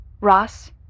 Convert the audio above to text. Ross